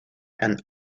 and